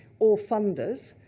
or funders,